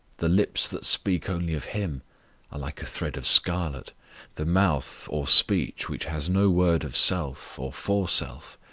the lips that speak only of him are like a thread of scarlet the mouth or speech which has no word of self, or for self,